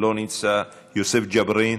לא נמצא, יוסף ג'בארין,